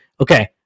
Okay